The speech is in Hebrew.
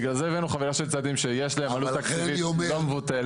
אז בגלל זה הבאנו חבילה של צעדים שיש להם עלות תקציבית לא מבוטלת.